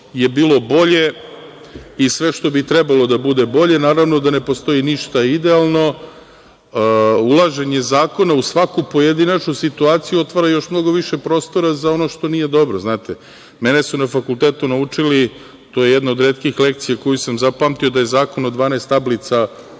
je bilo bolje i sve što bi trebalo da bude bolje, naravno da ne postoji ništa idealno. Ulaženje zakona u svaku pojedinačnu situaciju, otvara još mnogo više prostora za ono što nije dobro, znate. Mene su na fakultetu naučili, to je jedna od retkih lekcija koju sam zapamtio, da je zakon od 12 tablica,